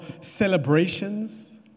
celebrations